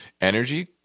Energy